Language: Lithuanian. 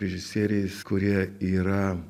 režisieriais kurie yra